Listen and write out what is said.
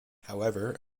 however